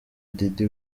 diddy